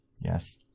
Yes